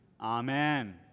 Amen